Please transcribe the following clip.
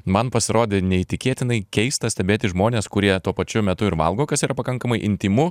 man pasirodė neįtikėtinai keista stebėti žmones kurie tuo pačiu metu ir valgo kas yra pakankamai intymu